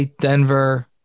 Denver